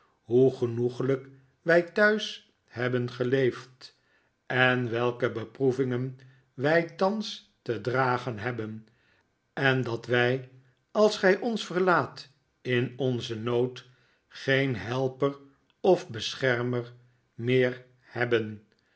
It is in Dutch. hoe genoeglijk wij thuis hebben geleefd en welke beproevingen wij thans te dragen hebben en dat wij als gij ons verlaat in onzen nood geen helper of beschermer meer hebben